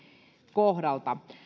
kohdalla